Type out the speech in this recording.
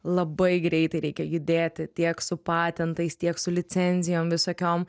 labai greitai reikia judėti tiek su patentais tiek su licencijom visokiom